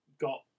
got